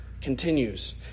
continues